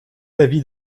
l’avis